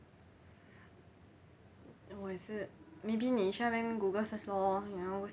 我也是 maybe 你去那边 Google search lor you know